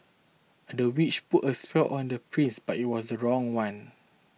the witch put a spell on the prince but it was the wrong one